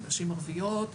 נשים ערביות,